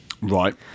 Right